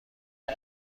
وای